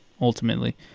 ultimately